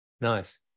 Nice